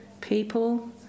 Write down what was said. people